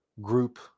group